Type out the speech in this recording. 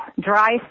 dry